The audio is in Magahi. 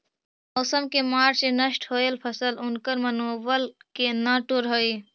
मौसम के मार से नष्ट होयल फसल उनकर मनोबल के न तोड़ हई